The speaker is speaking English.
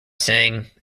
saying